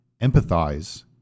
empathize